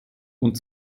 und